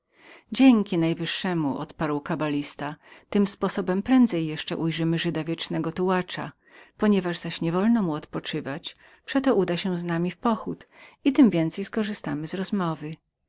dzięki najwyższemu odparł kabalista tym sposobem prędzej jeszcze ujrzymy żyda wiecznego tułacza ponieważ zaś niewolno mu odpoczywać przeto uda się z nami w pochód i tem więcej skorzystamy z jego rozmowy